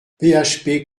php